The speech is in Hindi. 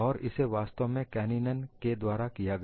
और इसे वास्तव में कैनिनैन के द्वारा किया गया